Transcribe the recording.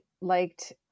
liked